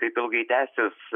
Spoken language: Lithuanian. taip ilgai tęsis